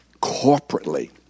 corporately